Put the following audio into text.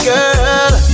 Girl